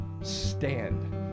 stand